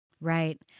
Right